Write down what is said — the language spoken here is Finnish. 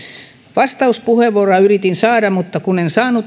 vastauspuheenvuoroa yritin saada mutta kun en saanut